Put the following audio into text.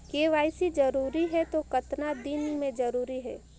KYC जरूरी हे तो कतना दिन मे जरूरी है?